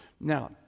Now